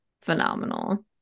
phenomenal